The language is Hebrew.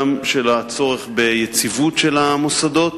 גם של הצורך ביציבות של המוסדות